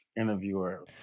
interviewer